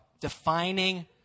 defining